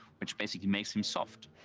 which basically makes him soft.